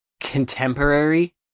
contemporary